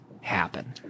happen